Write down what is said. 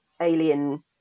alien